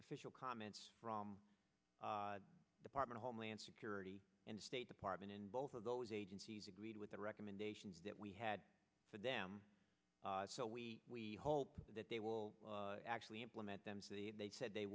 official comments from the department of homeland security and state department in both of those agencies agreed with the recommendations that we had them so we hope that they will actually implement they said they